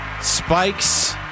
Spike's